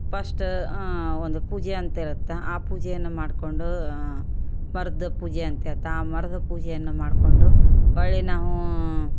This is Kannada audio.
ಪಸ್ಟು ಒಂದು ಪೂಜೆ ಅಂತ ಇರುತ್ತೆ ಆ ಪೂಜೆಯನ್ನು ಮಾಡಿಕೊಂಡು ಮರದ ಪೂಜೆ ಅಂತ ಇರುತ್ತೆ ಆ ಮರದ ಪೂಜೆಯನ್ನು ಮಾಡಿಕೊಂಡು ಹೊರ್ಳಿ ನಾವು